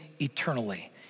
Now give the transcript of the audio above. eternally